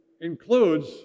includes